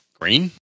Green